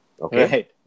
Okay